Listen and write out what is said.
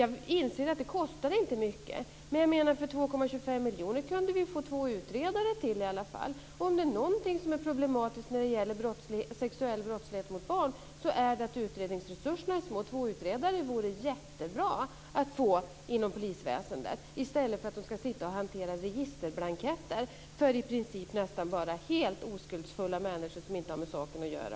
Jag inser att det inte kostar mycket. Men för 2,25 miljoner kunde vi i alla fall ha fått två utredare till. Om det är någonting som är problematiskt när det gäller sexuell brottslighet mot barn är det att utredningsresurserna är små. Två utredare vore jättebra att få inom polisväsendet, i stället för att man ska sitta och hantera registerblanketter för nästan enbart helt oskuldsfulla människor som inte har med saken att göra.